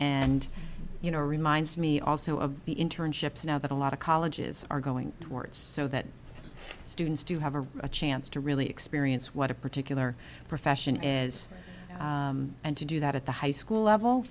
and you know reminds me also of the internships now that a lot of colleges are going towards so that students do have a chance to really experience what a particular profession is and to do that at the high school level